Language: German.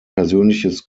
persönliches